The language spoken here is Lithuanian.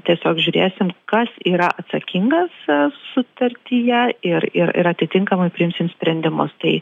tiesiog žiūrėsim kas yra atsakingas a sutartyje ir ir ir atitinkamai priimsim sprendimus tai